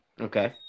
Okay